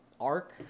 arc